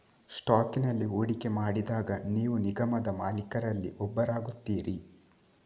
ಸ್ಟಾಕಿನಲ್ಲಿ ಹೂಡಿಕೆ ಮಾಡಿದಾಗ ನೀವು ನಿಗಮದ ಮಾಲೀಕರಲ್ಲಿ ಒಬ್ಬರಾಗುತ್ತೀರಿ